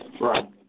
Right